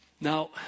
Now